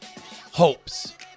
hopes